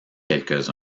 quelques